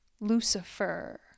Lucifer